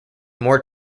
more